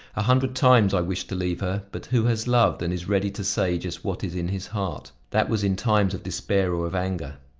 a hundred times i wished to leave her, but who has loved, and is ready to say just what is in his heart? that was in times of despair or of anger.